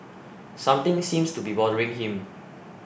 something seems to be bothering him